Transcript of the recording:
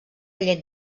llet